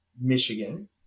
Michigan